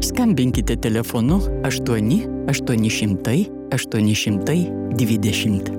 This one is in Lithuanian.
skambinkite telefonu aštuoni aštuoni šimtai aštuoni šimtai dvidešimt